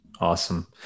Awesome